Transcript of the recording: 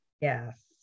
Yes